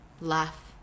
laugh